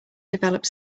developed